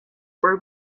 were